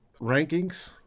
rankings